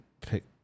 pick